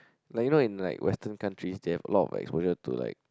like you know in like western countries they have a lot of exposure to like